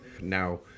now